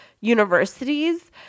universities